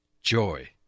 joy